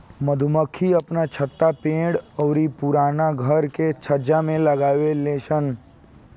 मधुमक्खी आपन छत्ता पेड़ अउरी पुराना घर के छज्जा में लगावे लिसन